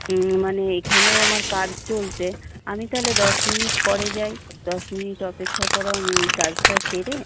মানে এখানেও আমার কাজ চলছে আমি তাহলে দশ মিনিট পরে যাই দশ মিনিট অপেক্ষা করো আমি এই কাজটা সেরে